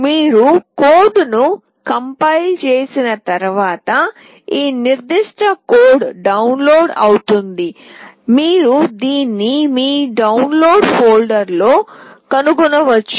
మీరు కోడ్ను కంపైల్ చేసిన తర్వాత ఈ నిర్దిష్ట కోడ్ డౌన్లోడ్ అవుతుంది మీరు దీన్ని మీ డౌన్లోడ్ ఫోల్డర్లో కనుగొనవచ్చు